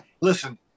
listen